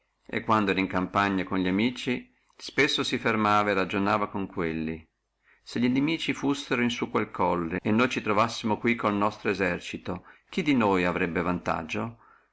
e quando era in campagna con li amici spesso si fermava e ragionava con quelli se li nimici fussino in su quel colle e noi ci trovassimo qui col nostro esercito chi di noi arebbe vantaggio